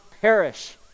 perish